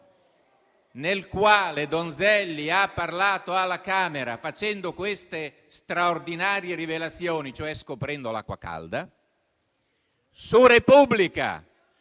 l'onorevole Donzelli ha parlato alla Camera facendo quelle straordinarie rivelazioni, cioè scoprendo l'acqua calda, su «la Repubblica»,